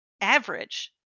average